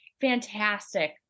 Fantastic